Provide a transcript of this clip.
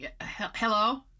hello